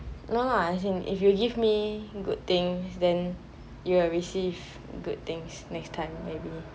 no lah as in if you give me good thing then you will receive good things next time maybe